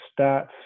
stats